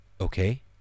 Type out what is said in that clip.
okay